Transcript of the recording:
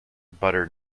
butter